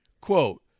Quote